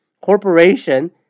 corporation